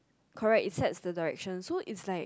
correct it sets the direction so it's like